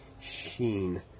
sheen